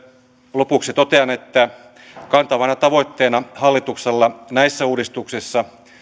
lopuksi totean että kantavana tavoitteena hallituksella näissä uudistuksissa